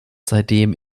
seitdem